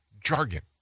jargon